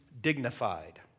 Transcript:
dignified